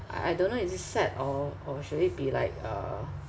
I I don't know is it sad or or should it be like uh